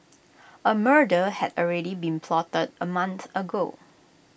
A murder had already been plotted A month ago